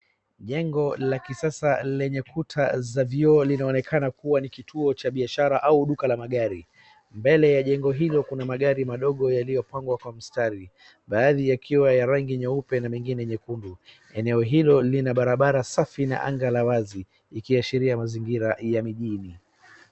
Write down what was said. Jengo la kisasa lenye kuta za vioo linaonekana kuwa ni kituo cha biashara au duka la magari. Mbele ya jengo hilo kuna maagri madogo yaliyopangwa kwa mstari. Baadhi yakiwa ya rangi nyeupe na mengine nyekundu. Eneo hilo lina barabara safi na anga la wazi ikiashiria mazingira ya mijini.